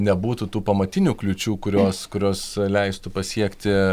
nebūtų tų pamatinių kliūčių kurios kurios leistų pasiekti